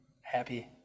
happy